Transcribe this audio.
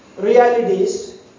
realities